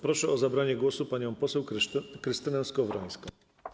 Proszę o zabranie głosu panią poseł Krystynę Skowrońską.